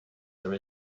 there